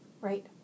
Right